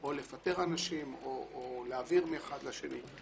או לפטר אנשים או להעביר מאחד לשני.